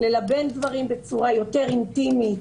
ללבן דברים בצורה יותר אינטימית,